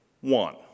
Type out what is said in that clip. one